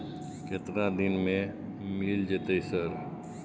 केतना दिन में मिल जयते सर?